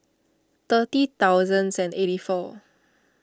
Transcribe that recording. thirty thousands and eighty four